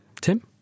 Tim